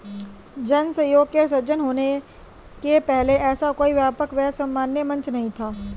जन सहयोग के सृजन होने के पहले ऐसा कोई व्यापक व सर्वमान्य मंच नहीं था